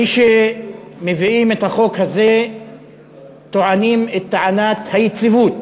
מי שמביאים את החוק הזה טוענים את טענת היציבות,